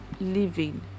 living